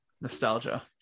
Nostalgia